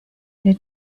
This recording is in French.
que